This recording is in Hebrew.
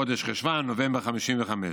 חודש חשוון, נובמבר 1955,